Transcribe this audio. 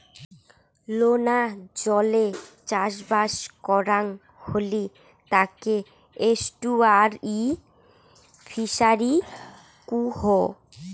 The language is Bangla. লোনা জলে চাষবাস করাং হলি তাকে এস্টুয়ারই ফিসারী কুহ